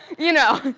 you know,